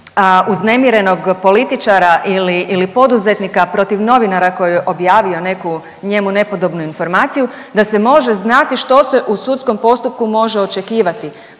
uznemirenog političara ili poduzetnika protiv novinara koji je objavio neku, njemu nepodobnu informaciju, da se može znati što se u sudskom postupku može očekivati,